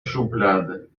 schublade